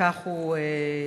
וכך הוא שואל: